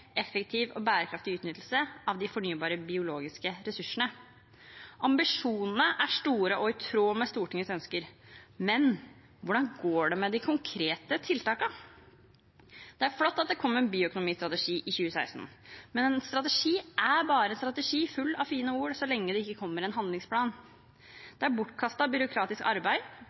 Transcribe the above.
effektiv og bærekraftig utnyttelse av de fornybare biologiske ressursene. Ambisjonene er store og i tråd med Stortingets ønsker. Men hvordan går det med de konkrete tiltakene? Det er flott at det kom en bioøkonomistrategi i 2016, men en strategi er bare en strategi, full av fine ord, så lenge det ikke kommer en handlingsplan. Det er bortkastet byråkratisk arbeid,